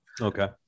okay